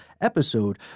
episode